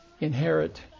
inherit